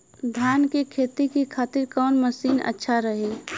धान के खेती के खातिर कवन मशीन अच्छा रही?